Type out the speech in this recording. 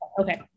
Okay